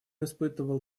испытывал